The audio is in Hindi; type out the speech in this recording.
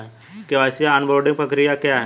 के.वाई.सी ऑनबोर्डिंग प्रक्रिया क्या है?